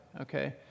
Okay